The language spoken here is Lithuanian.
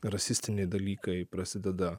rasistiniai dalykai prasideda